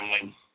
family